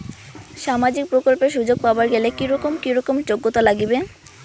সামাজিক প্রকল্পের সুযোগ পাবার গেলে কি রকম কি রকম যোগ্যতা লাগিবে?